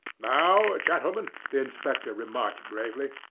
now, gentlemen, the inspector remarked gravely,